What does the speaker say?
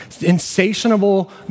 insatiable